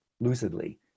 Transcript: lucidly